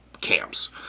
camps